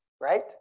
right